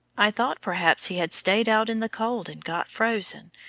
i thought perhaps he had stayed out in the cold and got frozen,